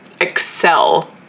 excel